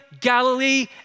Galilee